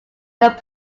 that